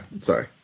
Sorry